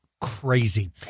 crazy